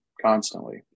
constantly